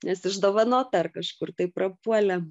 nes išdovanota ar kažkur tai prapuolė